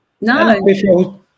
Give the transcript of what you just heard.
No